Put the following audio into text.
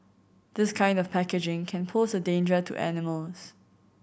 this kind of packaging can pose a danger to animals